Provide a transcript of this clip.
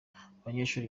abanyeshuri